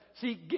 See